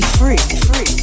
free